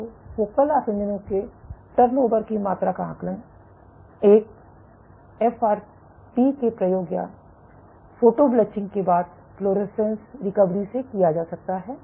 तो फोकल आसंजनों के टर्नओवर की मात्रा का आकलन एफ़आरएपी के प्रयोग या फोटोब्लेचिंग के बाद फ्लोरेसेंस रिकवरी से किया जा सकता है